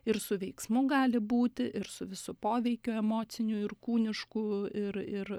ir su veiksmu gali būti ir su visu poveikiu emociniu ir kūnišku ir ir